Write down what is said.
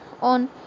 on